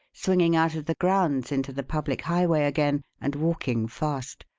swinging out of the grounds into the public highway again, and walking fast.